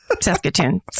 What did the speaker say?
Saskatoon